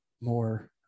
more